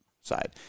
side